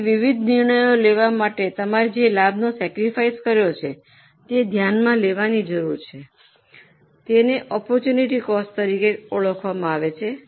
તેથી વિવિધ નિર્ણય લેવા માટે તમારે જે લાભનો સૈક્રફાઇસ કર્યો છે તે ધ્યાનમાં લેવાની જરૂર છે તેને આપર્ટૂનટી કોસ્ટ તરીકે ઓળખવામાં આવે છે